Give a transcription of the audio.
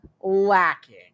lacking